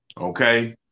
okay